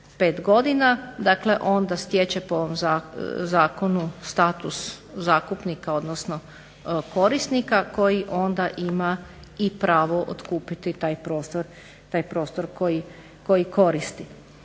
godina, onda stječe po ovom zakonu status zakupnika, odnosno korisnika koji onda ima pravo otkupiti taj prostor koji koristi.